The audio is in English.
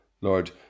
Lord